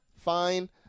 fine